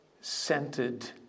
scented